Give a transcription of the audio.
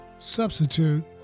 Substitute